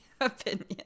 opinion